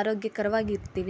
ಆರೋಗ್ಯಕರವಾಗಿರ್ತೀವಿ